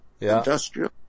Industrial